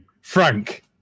Frank